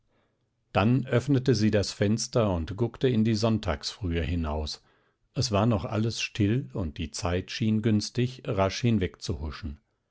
dann öffnete sie das fenster und guckte in die sonntagsfrühe hinaus es war noch alles still und die zeit schien günstig rasch